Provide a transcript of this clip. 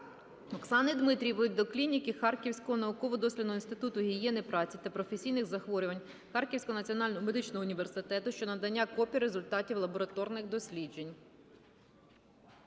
Оксани Дмитрієвої до клініки Харківського науково-дослідного Інституту гігієни праці та професійних захворювань Харківського Національного медичного університету щодо надання копії результатів лабораторних досліджень.